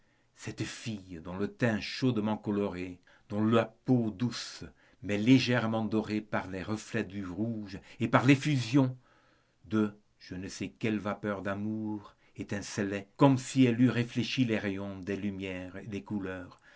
cette fille dont le teint chaudement coloré dont la peau douce mais légèrement dorée par les reflets du rouge et par l'effusion de je ne sais quelle vapeur d'amour étincelait comme si elle eût réfléchi les rayons des lumières et des couleurs